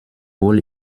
wohl